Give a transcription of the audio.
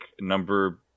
number